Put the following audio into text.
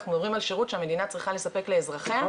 אנחנו מדברים על שירות שהמדינה צריכה לספק לאזרחיה,